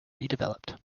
redeveloped